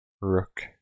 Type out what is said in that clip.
rook